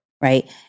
Right